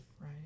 right